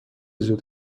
زود